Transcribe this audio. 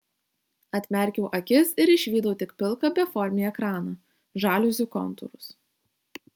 atmerkiau akis ir išvydau tik pilką beformį ekraną žaliuzių kontūrus